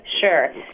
Sure